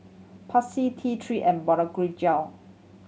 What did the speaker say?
Pansy T Three and